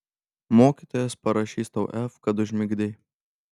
mokytojas parašys tau f kad užmigdei